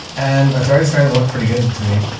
and that's already starting to look pretty good to me.